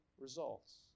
results